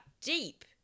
deep